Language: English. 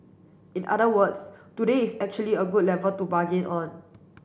in other words today is actually a good level to bargain on